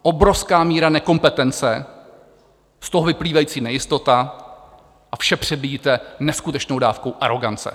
Obrovská míra nekompetence, z toho vyplývající nejistota a vše přebíjíte neskutečnou dávkou arogance.